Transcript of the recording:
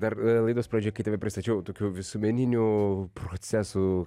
dar laidos pradžioj kai tave pristačiau tokių visuomeninių procesų